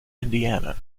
indiana